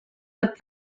but